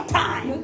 time